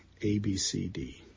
ABCD